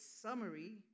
summary